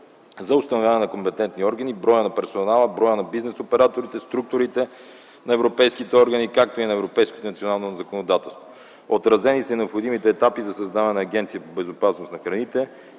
за установяване на компетентни органи, броя на персонала, броя на бизнес операторите, структурите на европейските органи, както и на европейското национално законодателство. Отразени са необходимите етапи за създаване на Агенция по безопасност на храните,